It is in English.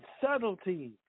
subtlety